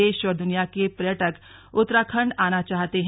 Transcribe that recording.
देश और दुनिया के पर्यटक उत्तराखण्ड आना चाहते हैं